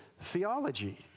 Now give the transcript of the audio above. theology